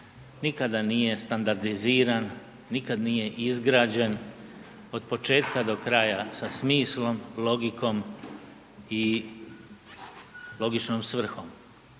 nikada nije standardiziran, nikad nije izgrađen od početka do kraja sa smislom, logikom i logičnom svrhom.